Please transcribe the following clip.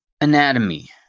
anatomy